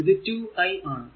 ഇത് 2 I ആണ്